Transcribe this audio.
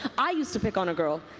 i used to pick on a girl.